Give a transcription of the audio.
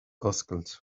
oscailt